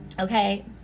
Okay